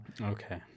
okay